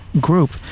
group